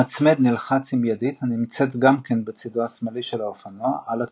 המצמד נלחץ עם ידית הנמצאת גם כן בצידו השמאלי של האופנוע - על הכידון.